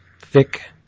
thick